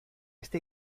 este